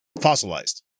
fossilized